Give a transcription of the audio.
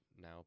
now